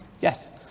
Yes